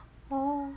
oh